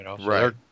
Right